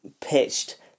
pitched